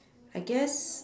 I guess